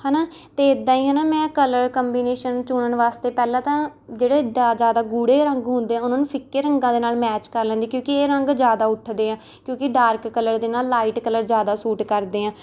ਹੈ ਨਾ ਅਤੇ ਇੱਦਾਂ ਹੀ ਹੈ ਨਾ ਮੈਂ ਕਲਰ ਕੰਬੀਨੇਸ਼ਨ ਨੂੰ ਚੁਣਨ ਵਾਸਤੇ ਪਹਿਲਾਂ ਤਾਂ ਜਿਹੜੇ ਡਾ ਜ਼ਿਆਦਾ ਗੂੜ੍ਹੇ ਰੰਗ ਹੁੰਦੇ ਆ ਉਨ੍ਹਾਂ ਨੂੰ ਫਿੱਕੇ ਰੰਗਾਂ ਦੇ ਨਾਲ ਮੈਚ ਕਰ ਲੈਂਦੀ ਕਿਉਂਕਿ ਇਹ ਰੰਗ ਜ਼ਿਆਦਾ ਉੱਠਦੇ ਆ ਕਿਉਂਕਿ ਡਾਰਕ ਕਲਰ ਦੇ ਨਾਲ ਲਾਈਟ ਕਲਰ ਜ਼ਿਆਦਾ ਸੂਟ ਕਰਦੇ ਹੈ